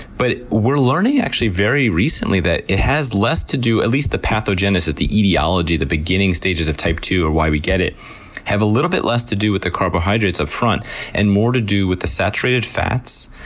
but we're learning, actually very recently, that it has less to do, at least the pathogenesis the etiology, the beginning stages of type two, or why we get it have a little bit less to do with the carbohydrates up front and more to do with the saturated fats,